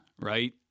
Right